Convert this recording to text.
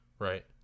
Right